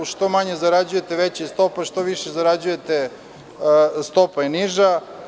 Što manje zarađujete veća je stopa, a što više zarađujete stopa je niža.